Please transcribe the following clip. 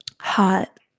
Hot